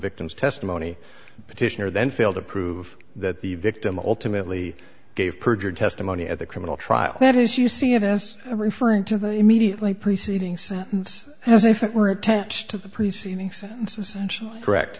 victim's testimony petitioner then failed to prove that the victim ultimately gave perjured testimony at the criminal trial that is you see it as i'm referring to the immediately preceding sentence as if it were attached to the preceding sentence is correct